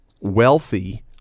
wealthy